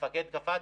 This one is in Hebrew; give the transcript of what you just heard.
המפקד קפץ.